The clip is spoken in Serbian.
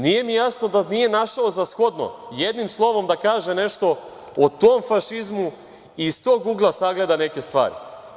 Nije mi jasno da nije našao za shodno jednim slovom da kaže nešto o tom fašizmu i iz tog ugla sagleda neke stvari.